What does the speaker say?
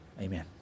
Amen